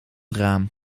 raam